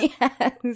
Yes